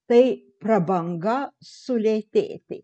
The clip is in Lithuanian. tai prabanga sulėtėti